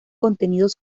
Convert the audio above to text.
contenidos